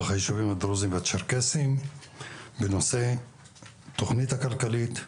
הישובים הדרוזים והצ'רקסיים בנושא תכנית הכלכלית,